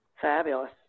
Fabulous